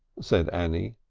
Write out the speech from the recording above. said annie,